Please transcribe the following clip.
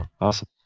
Awesome